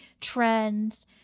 trends